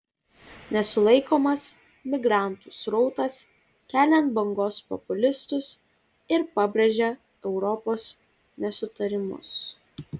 nesulaikomas migrantų srautas kelia ant bangos populistus ir pabrėžia europos nesutarimus